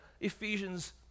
Ephesians